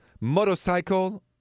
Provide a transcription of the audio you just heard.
motorcycle